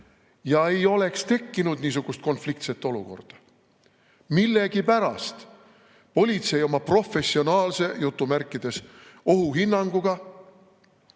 Ei oleks tekkinud niisugust konfliktset olukorda. Millegipärast politsei oma "professionaalse" ohuhinnanguga